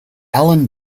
alan